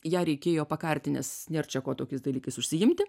ją reikėjo pakarti nes nėra čia ko tokiais dalykais užsiimti